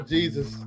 Jesus